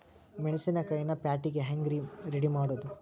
ಮೆಣಸಿನಕಾಯಿನ ಪ್ಯಾಟಿಗೆ ಹ್ಯಾಂಗ್ ರೇ ರೆಡಿಮಾಡೋದು?